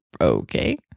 okay